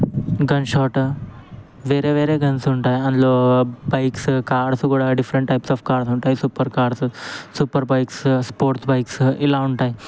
gun shot వేరే వేరే guns ఉంటాయి అందులో బైక్సు కార్స్ కూడా డిఫరెంట్ టైప్స్ ఆఫ్ కార్స్ ఉంటాయి super cars super bikes sport bikes ఇలా ఉంటాయి